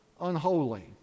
unholy